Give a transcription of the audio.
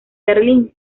berlín